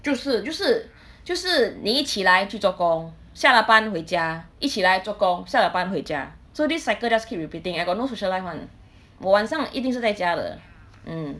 就是就是就是你一起来去做工下了班回家一起来做工下了班回家 so this cycle just keep repeating I got no social life [one] 晚上一定是在家的 mm